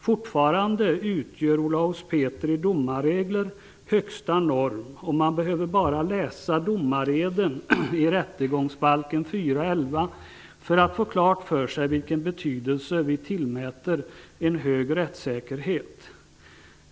Fortfarande utgör Olaus Petri domarregler högsta norm, och man behöver bara läsa domareden i 4 kap. 11 § rättegångsbalken för att få klart för sig vilken betydelse vi tillmäter en hög rättssäkerhet.